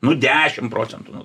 nu dešim procentų nu